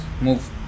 move